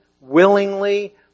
willingly